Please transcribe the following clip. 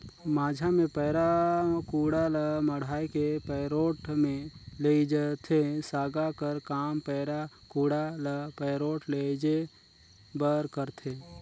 माझा मे पैरा कुढ़ा ल मढ़ाए के पैरोठ मे लेइजथे, सागा कर काम पैरा कुढ़ा ल पैरोठ लेइजे बर करथे